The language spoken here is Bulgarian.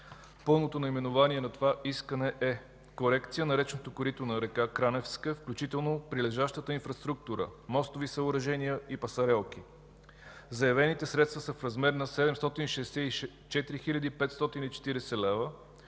Пълното наименование на това искане е: „Корекция на речното корито на река Краневска, включително прилежащата инфраструктура, мостови съоръжения и пасарелки”. Заявените средства са в размер на 764 540 лв.,